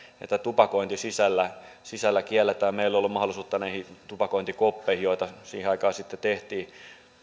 tupakointi sisällä sisällä kielletään meillä ei ollut mahdollisuutta näihin tupakointikoppeihin joita siihen aikaan sitten tehtiin